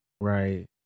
Right